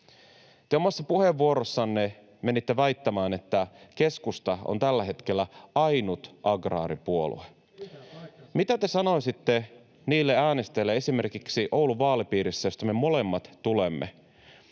Te omassa puheenvuorossanne menitte väittämään, että keskusta on tällä hetkellä ainut agraaripuolue. [Tuomas Kettunen: Pitää paikkansa!] Mitä te sanoisitte äänestäjille esimerkiksi Oulun vaalipiirissä, josta me molemmat tulemme?